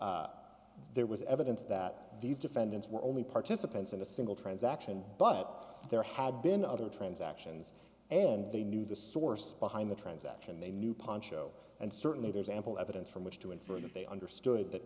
there was evidence that these defendants were only participants in a single transaction but there had been other transactions and they knew the source behind the transaction they knew poncho and certainly there's ample evidence from which to infer that they understood that